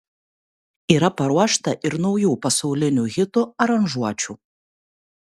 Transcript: yra paruošta ir naujų pasaulinių hitų aranžuočių